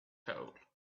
hole